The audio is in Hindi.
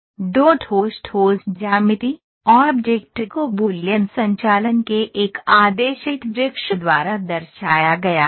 2 ठोस ठोस ज्यामिति ऑब्जेक्ट को बूलियन संचालन के एक आदेशित वृक्ष द्वारा दर्शाया गया है